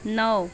नौ